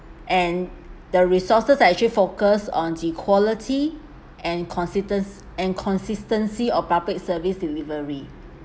and the resources are actually focus on the quality and consistence and consistency of public service delivery